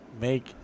make